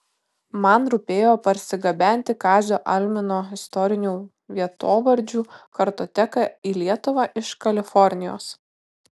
man rūpėjo parsigabenti kazio almino istorinių vietovardžių kartoteką į lietuvą iš kalifornijos